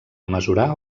mesurar